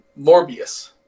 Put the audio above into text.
Morbius